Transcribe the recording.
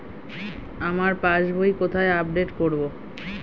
আমার পাস বই কোথায় আপডেট করব?